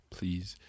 Please